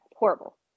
Horrible